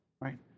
right